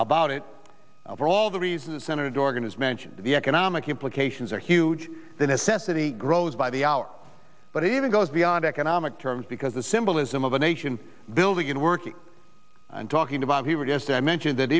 about it for all the reasons senator dorgan has mentioned the economic implications are huge the necessity grows by the hour but even goes beyond economic terms because the symbolism of a nation building in working and talking about here is that i mentioned that